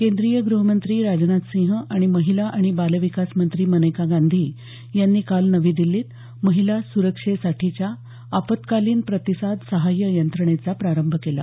केंद्रीय गृहमंत्री राजनाथ सिंह आणि महिला आणि बाल विकास मंत्री मनेका गांधी यांनी काल नवी दिल्लीत महिला सुरक्षेसाठीच्या आपत्कालीन प्रतिसाद सहाय्य यंत्रणेचा प्रारंभ केला